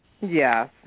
Yes